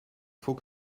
faut